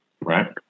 Right